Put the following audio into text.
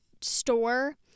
store